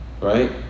right